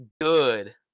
good